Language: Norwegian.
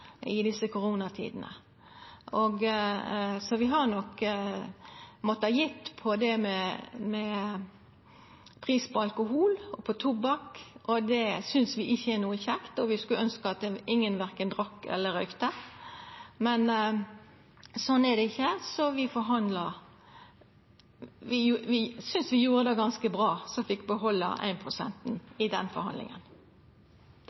Vi har nok måtta gjeve på pris på alkohol og på tobakk. Det synest vi ikkje er noko kjekt. Vi skulle ønskt at ingen verken drakk eller røykte, men sånn er det ikkje, så vi forhandla. Vi synest vi gjorde det ganske bra som fekk behalda